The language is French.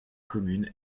communes